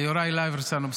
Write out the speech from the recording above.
יוראי להב הרצנו.